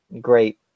great